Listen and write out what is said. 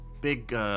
big